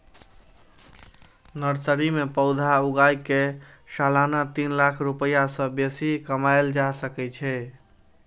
nursery मे पौधा उगाय कें सालाना तीन लाख रुपैया सं बेसी कमाएल जा सकै छै